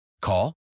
Call